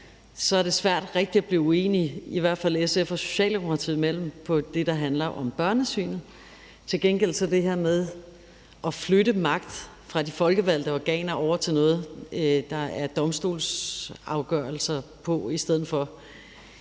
er det svært at blive rigtig uenige, i hvert fald SF og Socialdemokratiet imellem, om det, der handler om børnesynet. Til gengæld er det her med at flytte magt fra de folkevalgte organer og over til noget, der er domstolsafgørelser af i stedet for,